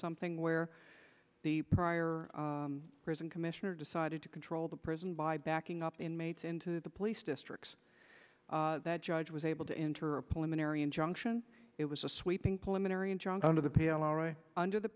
something where the prior prison commissioner decided to control the prison by backing up inmates into the police districts that judge was able to enter a pulmonary injunction it was a sweeping pulmonary and john under the pillow under the